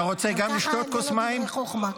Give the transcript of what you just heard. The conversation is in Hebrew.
גם ככה זה לא דברי חוכמה.